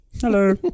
Hello